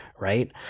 Right